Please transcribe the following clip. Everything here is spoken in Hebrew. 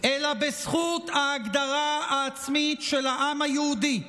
אלא בזכות ההגדרה העצמית של העם היהודי.